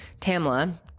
Tamla